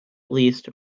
least